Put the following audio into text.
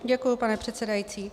Děkuji, pane předsedající.